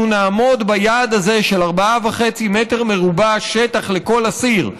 נעמוד ביעד הזה של 4.5 מ"ר שטח לכל אסיר,